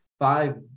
five